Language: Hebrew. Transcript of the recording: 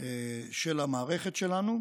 של המערכת שלנו,